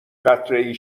قطرهای